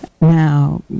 now